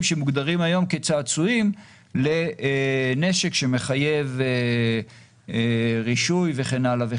שמוגדרים היום כצעצועים לנשק שמחייב רישוי וכן הלאה.